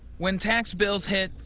when tax bills hit,